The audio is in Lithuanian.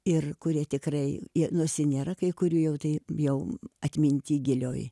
ir kurie tikrai jie nusi nėra kai kurių jau tai bjau atminty gilioj